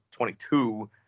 22